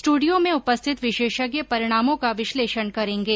studio में उपस्थित विशेषज्ञ परिणामों का विश्लेषण करेंगे